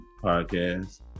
podcast